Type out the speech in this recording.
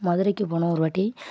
மதுரைக்கு போனோம் ஒரு வாட்டி